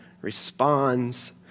responds